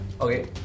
Okay